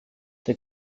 der